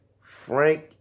Frank